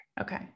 okay